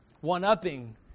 one-upping